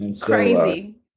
Crazy